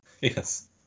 Yes